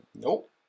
Nope